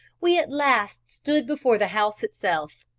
we at last stood before the house itself.